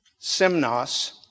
simnos